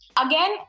Again